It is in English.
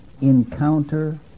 encounter